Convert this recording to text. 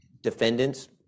defendants